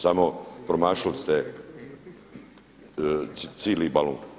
Samo promašili ste cili balun.